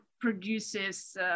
produces